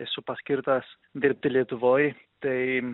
esu paskirtas dirbti lietuvoj tai